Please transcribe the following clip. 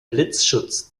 blitzschutz